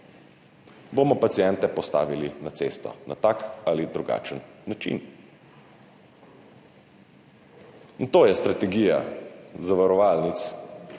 bomo paciente postavili na cesto na tak ali drugačen način. In to je strategija zavarovalnic